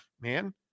man